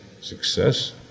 success